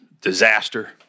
disaster